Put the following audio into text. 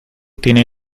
tiene